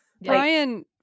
brian